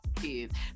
kids